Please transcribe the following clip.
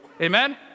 Amen